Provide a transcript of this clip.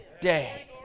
day